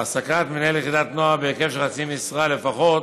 העסקת מנהל יחידת נוער בהיקף של חצי משרה לפחות,